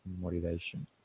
motivation